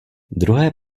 druhé